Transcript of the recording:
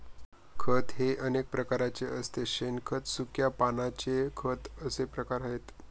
खत हे अनेक प्रकारचे असते शेणखत, सुक्या पानांचे खत असे प्रकार आहेत